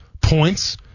points